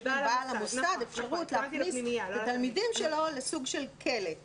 יש לבעל המוסד אפשרות להכניס את התלמידים שלו לסוג של כלא כזה,